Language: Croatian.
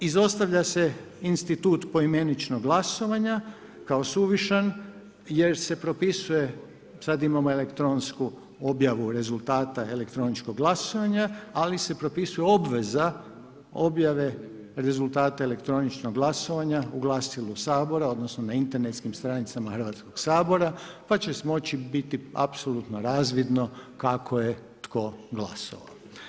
Izostavlja se institut poimeničnog glasovanja kao suvišan jer se propisuje sad imam elektronsku objavu rezultata elektroničkog glasovanja ali se propisuje obveza objave rezultata elektroničnog glasovanja u glasilu Sabora odnosno na internetskim stranicama Hrvatskog sabora pa će moći biti apsolutno razvidno kako je to glasovao.